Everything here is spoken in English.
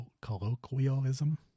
colloquialism